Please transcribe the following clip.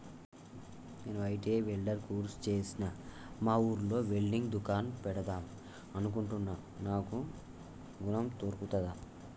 నేను ITI welder course చేశ్న మా ఊర్లో వెల్డింగ్ దుకాన్ పెడదాం అనుకుంటున్నా నాకు ఋణం దొర్కుతదా?